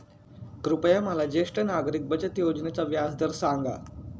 कृपया मला ज्येष्ठ नागरिक बचत योजनेचा व्याजदर सांगा